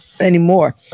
anymore